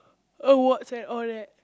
awards and all that